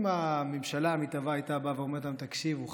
אם הממשלה המתהווה הייתה באה ואומרת לנו: תקשיבו,